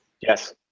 Yes